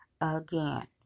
again